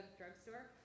drugstore